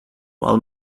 while